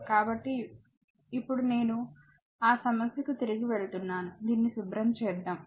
కాబట్టి ఇప్పుడు నేను ఆ సమస్యకు తిరిగి వెళ్తున్నాను దీన్ని శుభ్రం చేద్దాం